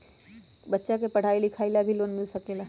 बच्चा के पढ़ाई लिखाई ला भी लोन मिल सकेला?